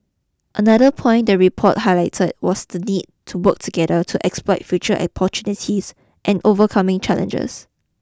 another point the report highlighter was the need to work together to exploit future opportunities and overcoming challenges